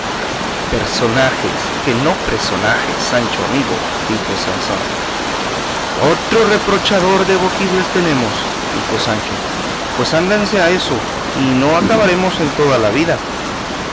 personajes que no presonajes sancho amigo dijo sansón otro reprochador de voquibles tenemos dijo sancho pues ándense a eso y no acabaremos en toda la vida